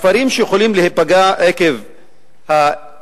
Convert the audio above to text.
הכפרים שיכולים להיפגע עקב התכנון